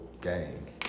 gangs